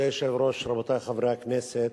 כבוד היושב-ראש, רבותי חברי הכנסת,